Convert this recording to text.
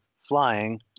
flying